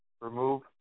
remove